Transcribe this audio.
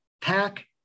pack